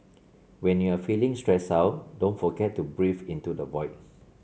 when you are feeling stressed out don't forget to breathe into the void